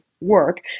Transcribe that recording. work